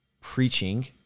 preaching